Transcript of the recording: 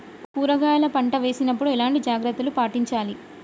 కూరగాయల పంట వేసినప్పుడు ఎలాంటి జాగ్రత్తలు పాటించాలి?